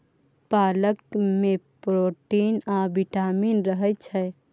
पालक मे प्रोटीन आ बिटामिन रहय छै